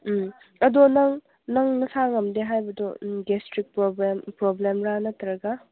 ꯎꯝ ꯑꯗꯣ ꯅꯪ ꯅꯪ ꯅꯁꯥ ꯉꯝꯗꯦ ꯍꯥꯏꯕꯗꯣ ꯒ꯭ꯌꯥꯁꯇ꯭ꯔꯤꯛ ꯄ꯭ꯔꯣꯕ꯭ꯂꯦꯝꯂ ꯅꯠꯇ꯭ꯔꯒ